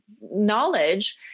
knowledge